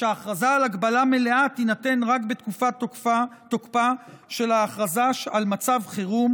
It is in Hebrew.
ושההכרזה על הגבלה מלאה תינתן רק בתקופת תוקפה של ההכרזה על מצב חירום